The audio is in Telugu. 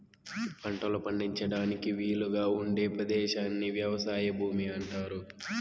పంటలు పండించడానికి వీలుగా ఉండే పదేశాన్ని వ్యవసాయ భూమి అంటారు